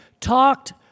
talked